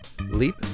Leap